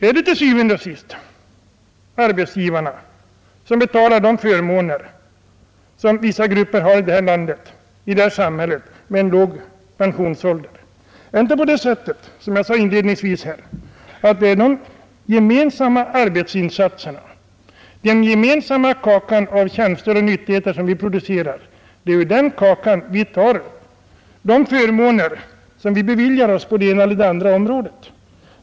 Är det verkligen arbetsgivarna som betalar de förmåner som vissa grupper med låg pensionsålder har i det här samhället? Är det inte så, som jag sade inledningsvis, att det är ur den gemensamma kaka vi producerar av tjänster och nyttigheter som vi tar de förmåner vi beviljar oss på det ena eller andra området?